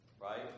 right